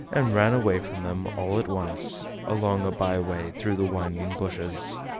and ran away from them all at once, along a by-way through the winding bushes.